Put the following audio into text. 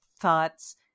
thoughts